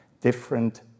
different